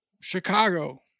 Chicago